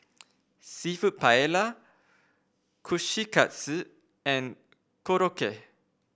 seafood Paella Kushikatsu and Korokke